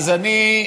אז אני,